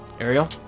Ariel